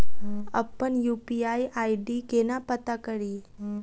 अप्पन UPI ID केना पत्ता कड़ी?